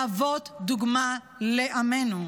להוות דוגמה לעמנו.